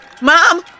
Mom